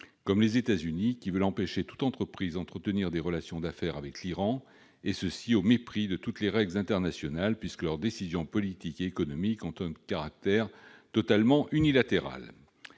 comme les États-Unis, qui veulent empêcher toute entreprise d'entretenir des relations d'affaires avec l'Iran, et ce au mépris de l'ensemble des règles internationales, puisque leurs décisions politiques et économiques ont un caractère totalement unilatéral.